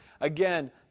again